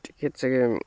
তেখেত চাগৈ